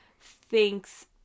Thinks